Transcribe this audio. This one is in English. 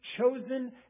chosen